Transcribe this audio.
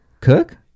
Cook